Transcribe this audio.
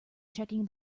checking